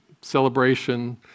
celebration